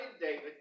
David